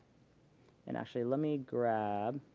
and actually, let me grab